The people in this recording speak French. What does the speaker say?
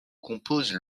composent